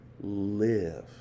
live